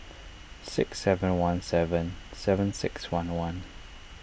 six seven one seven seven six one one